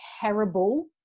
terrible